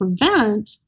prevent